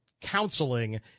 Counseling